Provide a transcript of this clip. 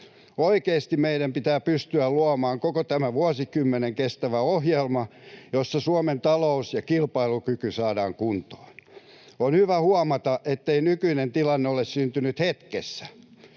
Oikeasti meidän pitää pystyä luomaan koko tämän vuosikymmenen kestävä ohjelma, jolla Suomen talous ja kilpailukyky saadaan kuntoon. On hyvä huomata, ettei nykyinen tilanne ole syntynyt hetkessä.